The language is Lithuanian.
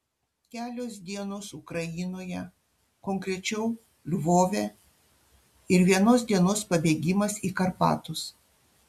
kelios dienos ukrainoje konkrečiau lvove ir vienos dienos pabėgimas į karpatus